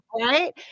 Right